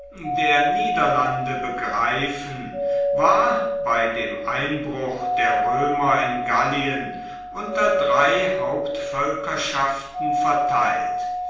der niederlande begreifen war bei dem einbruch der römer in gallien unter drei hauptvölkerschaften vertheilt